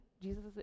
Jesus